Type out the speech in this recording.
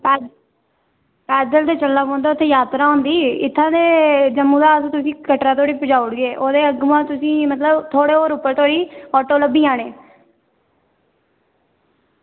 पैदल गै चलना पौंदा उत्थें जात्तरा होंदी इत्थां ते जम्मू दा अस तुसें ई कटरा धोड़ी पजाई ओड़गे ओह्दे अग्गुआं तुसें ई थोह्ड़ा होर उप्पर ताहीं ऑटो लब्भी जाने